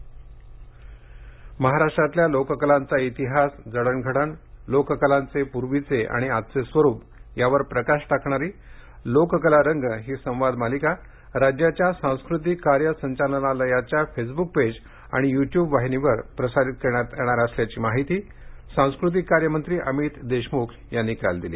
महाराष्ट्र लोककला महाराष्ट्रातल्या लोककलांचा इतिहास जडणघडण लोककलांचे पूर्वीचे आणि आजचे स्वरूप यावर प्रकाश टाकणारी लोककला रंग ही संवाद मालिका राज्याच्या सांस्कृतिक कार्य संचालनालयाच्या फेसबुक पेज आणि यू ट्यूब वाहिनीवरून प्रसारित करण्यात येणार असल्याची माहिती सांस्कृतिक कार्य मंत्री अमित देशमुख यांनी काल दिली